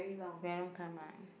very long time ah